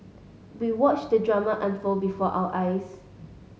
we watched the drama unfold before our eyes